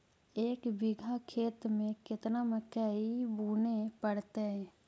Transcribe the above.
एक बिघा खेत में केतना मकई बुने पड़तै?